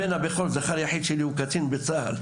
בן הבכור, זכר יחיד שלי הוא קצין בצה"ל.